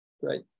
Great